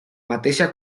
mateixa